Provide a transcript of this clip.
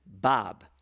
Bob